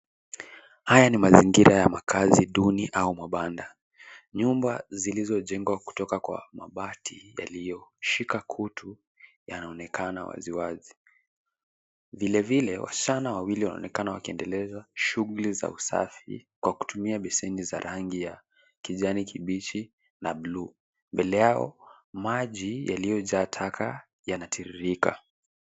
Haya ni mazingira ya makazi duni au mabanda nyumba zilizojengwa kutoka kwa mabati yaliyoshika kutu yanaonekana waziwazi. Vilevile wasichana wawili wanaonekana wakiendeleza shughuli za usafi kwa kutumia besheni za rangi ya kijani kibichi na blue . Mbele yao maji yaliyojaa taka yanatiririka.